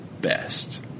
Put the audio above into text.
best